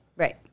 Right